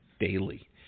daily